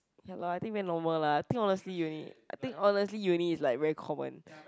ya lah I think very normal lah I think honestly uni I think honestly uni is like very common